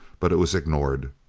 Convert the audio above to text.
but it was ignored.